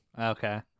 Okay